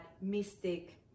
mystic